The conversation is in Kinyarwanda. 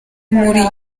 muri